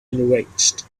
enraged